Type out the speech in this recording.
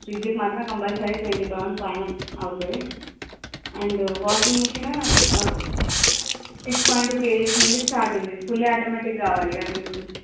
ఫ్రిడ్జ్కి మాత్రం compulsory twenty thousand పైన అవుతుంది and washing machine six point two kgs నుండి స్టార్ట్ ఉంది ఫుల్లీ ఆటోమేటిక్ కావాలి కదా మీకు